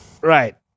Right